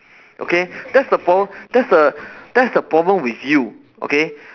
okay that's the prob~ that's the that's the problem with you okay